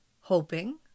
hoping